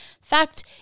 Fact